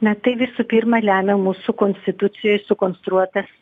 na tai visų pirma lemia mūsų konstitucijoj sukonstruotas